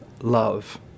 Love